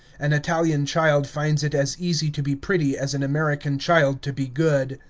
an italian child finds it as easy to be pretty as an american child to be good.